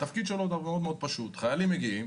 התפקיד של הסדרן מאוד פשוט, חיילים מגיעים